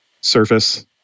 surface